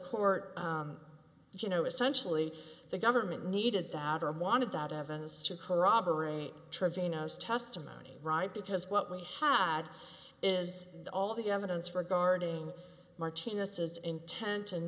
court did you know essentially the government needed that or wanted that evidence to corroborate trevino's testimony right because what we had is all the evidence regarding martinez says intent and